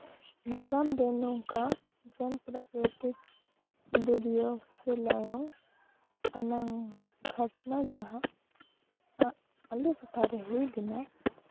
ᱱᱟᱜᱟᱢ ᱫᱚ ᱱᱚᱝᱠᱟ ᱡᱮᱢᱚᱱ ᱯᱨᱚᱠᱨᱤᱛᱤᱠ ᱫᱩᱨᱡᱳᱜᱽ ᱥᱮ ᱞᱟᱭᱚᱝ ᱚᱱᱟ ᱜᱷᱚᱴᱱᱟ ᱡᱟᱦᱟᱸ ᱟᱜ ᱟᱞᱮ ᱴᱚᱴᱷᱟᱨᱮ ᱦᱩᱭ ᱞᱮᱱᱟ